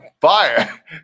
fire